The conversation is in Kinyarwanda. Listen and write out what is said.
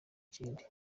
kindi